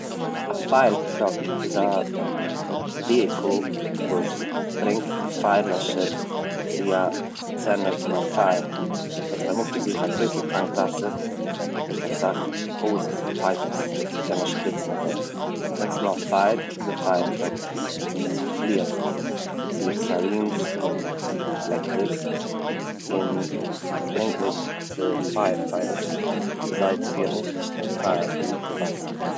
א פייער טראק איז א וויעקל וואס ברענגט די פייער לעשער צו א סצענע פון א פייער, עס פארמאגט אויף זיך א גרויסע טאנק וואסער מיט אסאך הויזעס, פייפס צו קענען שפריצן אויף דעם, ווען ס'דא א פייער קומט די פייער טראק צו פליען מיט איר סיירינס און לעקטערס און עס ברענגט מיט די פייער פייטערס וואס זיי טוהן אויסלעשן די פייער מיט די וואסער.